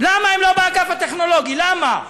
למה הם לא באגף הטכנולוגי, למה?